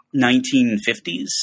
1950s